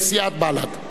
תודה רבה.